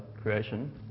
creation